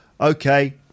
okay